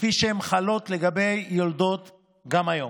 כפי שהן חלות לגבי יולדות גם היום.